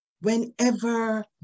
Whenever